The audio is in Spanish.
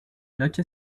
noche